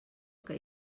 que